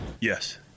Yes